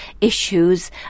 issues